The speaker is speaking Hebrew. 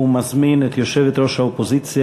ומזמין את יושבת-ראש האופוזיציה,